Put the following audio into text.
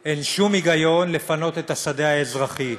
אין שום היגיון לפנות את השדה האזרחי.